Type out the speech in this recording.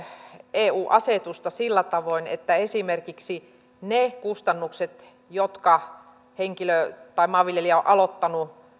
eu asetusta sillä tavoin että esimerkiksi ne kustannukset jotka maanviljelijä on aloittanut